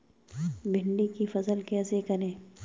भिंडी की फसल कैसे करें?